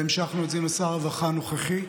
והמשכנו את זה עם שר הרווחה הנוכחי,